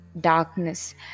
darkness